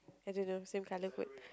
I don't know same color code